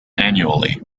annually